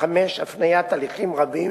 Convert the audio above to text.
הליכים רבים